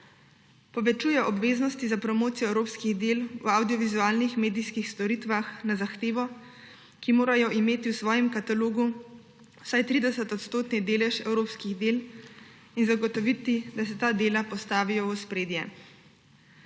Povečujejo se obveznosti za promocijo evropskih del v avdiovizualnih medijskih storitvah na zahtevo, ki morajo imeti v svojem katalogu vsaj 30-odstotni delež evropskih del in zagotoviti, da se ta dela postavijo v ospredje.